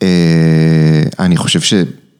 אההה...אני חושב ש...